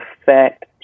affect